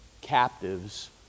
captives